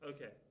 Okay